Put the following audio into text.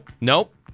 Nope